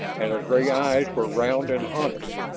and her gray eyes were round and haunted.